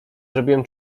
zrobiłem